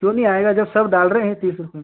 क्यों नहीं आएगा जब सब डाल रहे हैं तीस रुपये